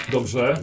Dobrze